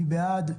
מי בעד,